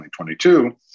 2022